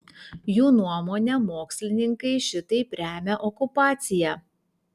jų nuomone mokslininkai šitaip remia okupaciją